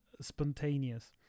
spontaneous